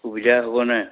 সুবিধা হ'ব নাই